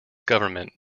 government